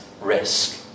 risk